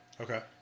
Okay